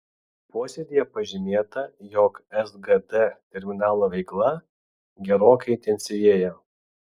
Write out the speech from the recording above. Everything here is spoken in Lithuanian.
posėdyje pažymėta jog sgd terminalo veikla gerokai intensyvėja